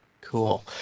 cool